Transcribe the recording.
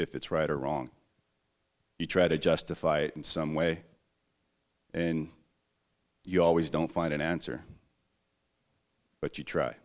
if it's right or wrong you try to justify it in some way and you always don't find an answer but you try